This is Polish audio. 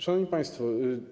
Szanowni Państwo!